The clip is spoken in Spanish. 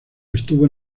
estuvo